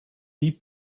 wie